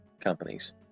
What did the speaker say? companies